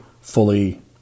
fully